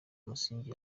umusingi